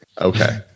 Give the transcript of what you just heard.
Okay